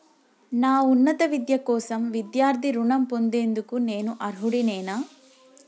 నా ఉన్నత విద్య కోసం విద్యార్థి రుణం పొందేందుకు నేను అర్హుడినేనా?